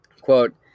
Quote